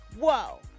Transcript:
whoa